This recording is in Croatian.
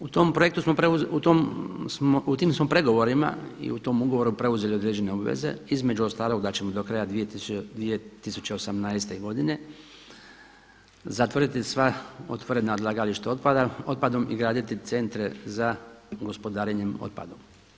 U tim smo pregovorima i u tom ugovoru preuzeli određene obveze, između ostalog da ćemo do kraja 2018. godine zatvoriti sva otvorena odlagališta otpadom i graditi centre za gospodarenje otpadom.